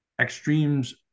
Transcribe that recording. extremes